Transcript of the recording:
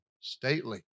Stately